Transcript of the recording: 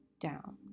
down